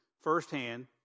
firsthand